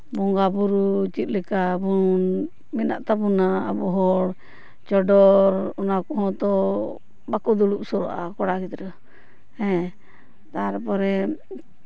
ᱵᱚᱸᱜᱟ ᱵᱩᱨᱩ ᱪᱮᱫ ᱞᱮᱠᱟ ᱵᱚᱱ ᱢᱮᱱᱟᱜ ᱛᱟᱵᱚᱱᱟ ᱟᱵᱚ ᱦᱚᱲ ᱪᱚᱰᱚᱨ ᱚᱱᱟ ᱠᱚᱦᱚᱸ ᱛᱚ ᱵᱟᱠᱚ ᱫᱩᱲᱩᱵ ᱥᱩᱨᱩᱜᱼᱟ ᱠᱚᱲᱟ ᱜᱤᱫᱽᱨᱟᱹ ᱦᱮᱸ ᱛᱟᱨᱯᱚᱨᱮ